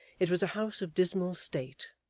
it was a house of dismal state,